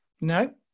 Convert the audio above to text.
No